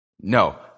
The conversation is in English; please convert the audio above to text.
No